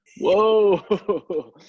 Whoa